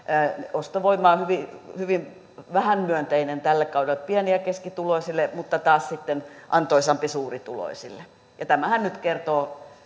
ostovoima on hyvin hyvin vähän myönteinen tälle kaudelle pieni ja keskituloisille mutta taas sitten antoisampi suurituloisille tämähän nyt kertoo